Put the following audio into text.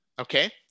okay